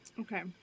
okay